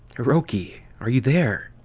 hiroki? are you there?